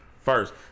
first